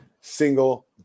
single